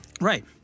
Right